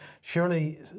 Surely